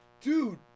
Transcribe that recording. dude